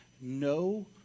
no